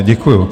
Děkuju.